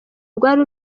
rwari